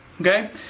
Okay